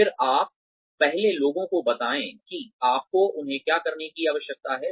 फिर आप पहले लोगों को बताएं कि आपको उन्हें क्या करने की आवश्यकता है